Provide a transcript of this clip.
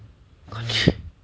contract